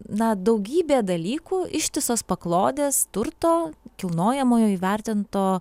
na daugybė dalykų ištisos paklodės turto kilnojamojo įvertinto